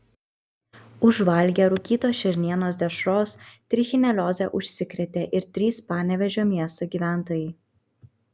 užvalgę rūkytos šernienos dešros trichinelioze užsikrėtė ir trys panevėžio miesto gyventojai